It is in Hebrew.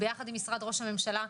ביחד עם משרד ראש הממשלה,